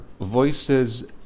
voices